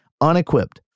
unequipped